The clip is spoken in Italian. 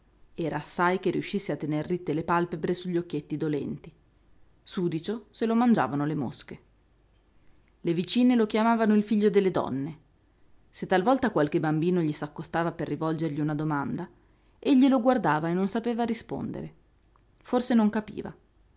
era assai che riuscisse a tener ritte le pàlpebre sugli occhietti dolenti sudicio se lo mangiavano le mosche le vicine lo chiamavano il figlio delle donne se talvolta qualche bambino gli s'accostava per rivolgergli una domanda egli lo guardava e non sapeva rispondere forse non capiva